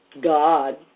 God